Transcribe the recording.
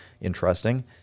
interesting